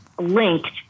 linked